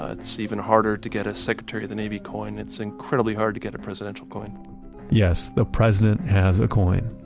ah it's even harder to get a secretary of the navy coin. it's incredibly hard to get a presidential coin yes, the president has a coin.